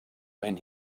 when